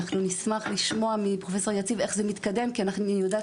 אני אשמח לשמוע מפרופסור יציב איך זה מתקדם כי אני יודעת